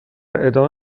ادامه